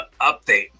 update